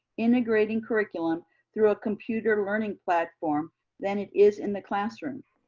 integrating curriculum through a computer learning platform than it is in the classroom.